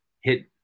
hit